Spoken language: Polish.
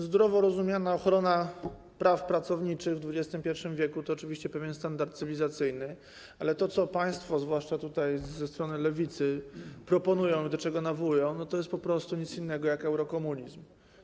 Zdrowo rozumiana ochrona praw pracowniczych w XXI w. to oczywiście pewien standard cywilizacyjny, ale to, co państwo tutaj, zwłaszcza ze strony Lewicy, proponują i do czego nawołują, to po prostu nic innego jak eurokomunizm.